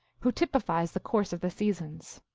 who typifies the course of the seasons.